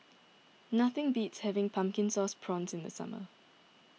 nothing beats having Pumpkin Sauce Prawns in the summer